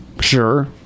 Sure